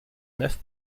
neuf